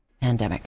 pandemic